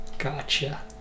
gotcha